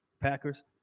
Packers